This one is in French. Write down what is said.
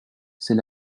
c’est